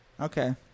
Okay